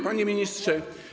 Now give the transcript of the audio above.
Panie Ministrze!